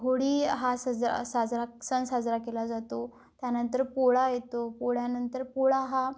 होळी हा सज साजरा सण साजरा केला जातो त्यानंतर पोळा येतो पोळ्यानंतर पोळा हा